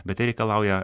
bet tai reikalauja